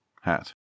hat